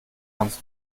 kannst